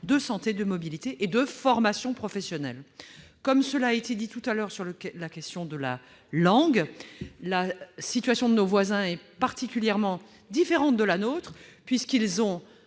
de santé, de mobilité et de formation professionnelle. Comme cela a été dit précédemment sur la question de la langue, la situation de nos voisins est très différente de la nôtre : ils ont